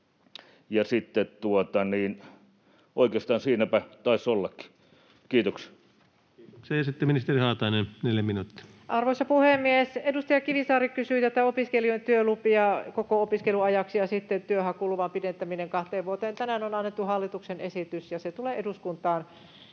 Oikeastaan siinäpä taisi ollakin. — Kiitoksia. Kiitoksia. — Sitten ministeri Haatainen, 4 minuuttia. Arvoisa puhemies! Edustaja Kivisaari kysyi opiskelijoiden työluvista koko opiskelujen ajaksi ja sitten työnhakuluvan pidentämisestä kahteen vuoteen. Tänään on annettu hallituksen esitys, ja se tulee eduskuntaan,